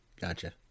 gotcha